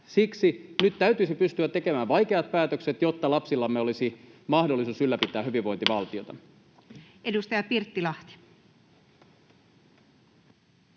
Siksi nyt täytyisi pystyä tekemään vaikeat päätökset, jotta lapsillamme olisi mahdollisuus ylläpitää hyvinvointivaltiota. [Speech 22] Speaker: